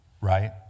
right